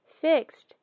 fixed